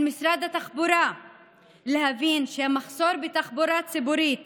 על משרד התחבורה להבין שהמחסור בתחבורה ציבורית